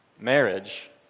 Marriage